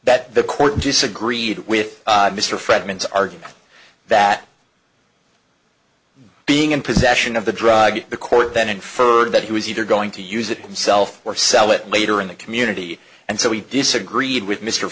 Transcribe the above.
that the court disagreed with mr fred mintz argument that being in possession of the drug the court then inferred that he was either going to use it themselves or sell it later in the community and so we disagreed with mr